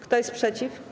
Kto jest przeciw?